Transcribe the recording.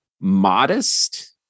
modest